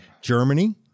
Germany